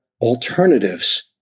alternatives